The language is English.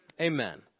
Amen